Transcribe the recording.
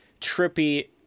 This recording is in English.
trippy